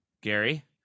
Gary